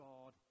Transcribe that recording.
God